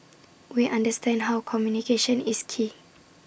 we understand how communication is key